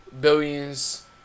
Billions